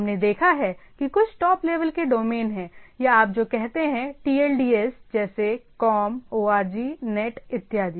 हमने देखा है कि कुछ टॉप लेवल के डोमेन हैं या आप जो कहते हैं TLDs जैसे com org net इत्यादि